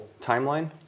timeline